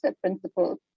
principles